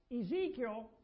Ezekiel